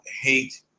hate